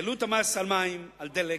העלו את המס על מים, על דלק,